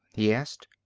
he asked.